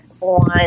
on